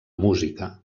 música